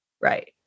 Right